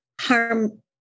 harm